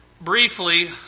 briefly